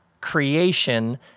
creation